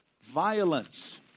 violence